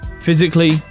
Physically